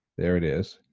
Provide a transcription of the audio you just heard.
there it is.